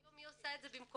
היום היא עושה את זה במקומם.